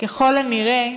ככל הנראה,